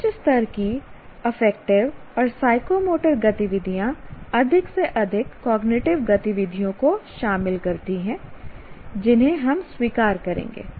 उच्च स्तर की अफेक्टिव और साइकोमोटर गतिविधियाँ अधिक से अधिक कॉग्निटिव गतिविधियों को शामिल करती हैं जिन्हें हम स्वीकार करेंगे